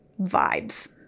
vibes